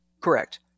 Correct